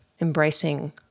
embracing